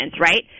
right